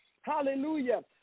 hallelujah